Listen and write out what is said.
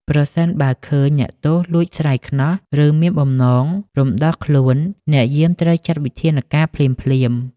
ប្រសិនបើឃើញអ្នកទោសលួចស្រាយខ្នោះ ឬមានបំណងរំដោះខ្លួន អ្នកយាមត្រូវចាត់វិធានការភ្លាមៗ។